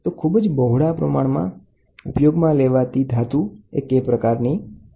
તો ખૂબ જ બહોળા પ્રમાણમાં ઉપયોગમાં લેવાતી ધાતુ એ K ટાઈપ છે